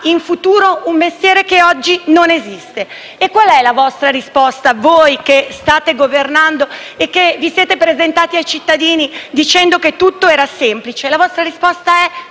in futuro un mestiere che oggi non esiste. E qual è la vostra risposta, voi che state governando e che vi siete presentati ai cittadini dicendo che tutto era semplice? La vostra risposta è